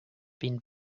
been